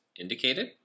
indicated